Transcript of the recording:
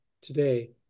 today